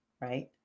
right